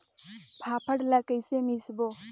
फाफण ला कइसे मिसबो?